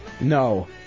No